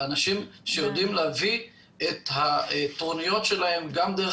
אלה אנשים שיודעים להביא את הטרוניות שלהם גם דרך